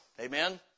Amen